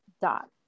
dot